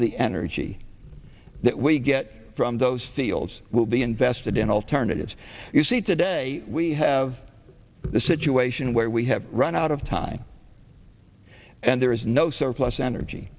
the energy that we get from those fields will be invested in alternatives you see today we have the situation where we have run out of time and there is no surplus energy